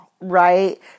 Right